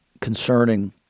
concerning